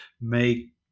make